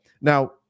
Now